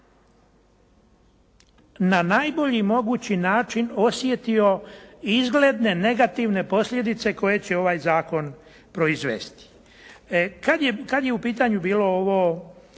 na najbolji mogući način osjetio izgledne negativne posljedice koje će ovaj zakon proizvesti. Kada je u pitanju bilo ovo